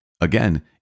Again